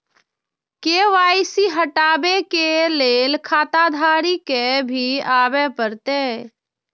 KYC हटाबै के लैल खाता धारी के भी आबे परतै?